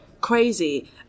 crazy